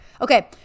okay